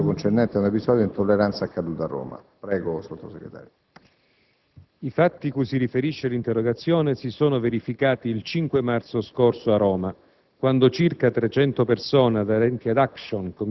I fatti cui si riferisce l'interrogazione si sono verificati il 5 marzo scorso a Roma,